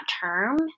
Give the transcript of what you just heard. term